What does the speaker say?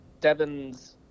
Devin's